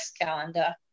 calendar